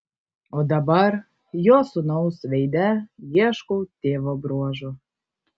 o dabar jo sūnaus veide ieškau tėvo bruožų